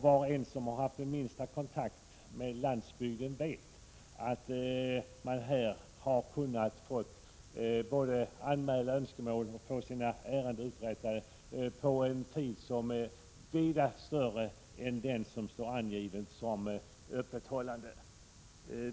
Var och en som haft den minsta kontakt med landsbygden vet att man på pastorsexpeditionerna där kunnat både få anmäla önskemål och få ärenden uträttade under en vida större tid än den som är angiven för öppethållandet.